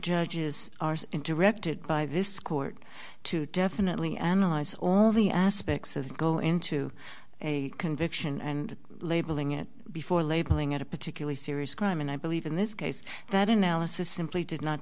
judges are interrupted by this court to definitely analyze all of the aspects of go into a conviction and labeling it before labeling it a particularly serious crime and i believe in this case that analysis simply did not